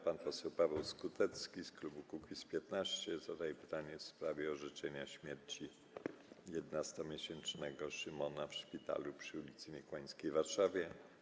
Pan poseł Paweł Skutecki z klubu Kukiz’15 zadaje pytanie w sprawie orzeczenia śmierci 11-miesięcznego Szymona w szpitalu przy ul. Niekłańskiej w Warszawie.